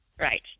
right